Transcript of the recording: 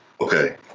Okay